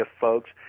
folks